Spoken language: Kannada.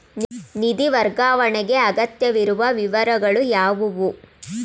ನಿಧಿ ವರ್ಗಾವಣೆಗೆ ಅಗತ್ಯವಿರುವ ವಿವರಗಳು ಯಾವುವು?